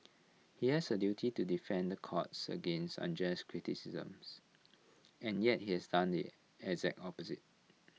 he has A duty to defend the courts against unjust criticisms and yet he has done the exact opposite